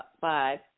Five